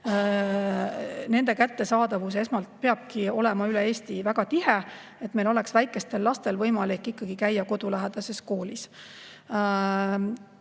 kättesaadavus esmalt peabki olema üle Eesti väga tihe, et meil oleks väikestel lastel ikkagi võimalik käia kodulähedases koolis.